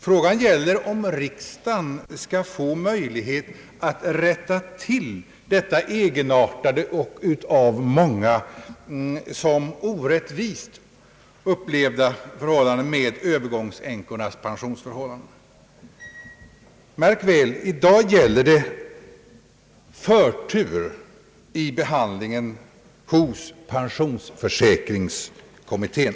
Problemet gäller om riksdagen skall få möjlighet att rätta till övergångsänkornas egenartade och av många som orättvisa upplevda pensionsförhållanden. Märk väl att det i dag gäller förtur vid behandlingen i pensionsförsäkringskommittén.